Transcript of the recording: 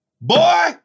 Boy